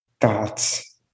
thoughts